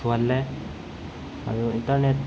ꯊꯨꯍꯜꯂꯦ ꯑꯗꯨ ꯏꯟꯇꯔꯅꯦꯠ